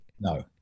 no